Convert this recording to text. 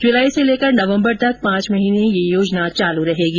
जुलाई से लेकर नवम्बर तक पांच महीने यह योजना चालू रहेगी